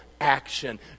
action